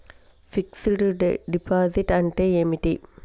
Fix డ్ deposit అంటే ఏమిటి?